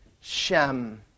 Shem